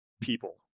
people